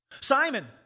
Simon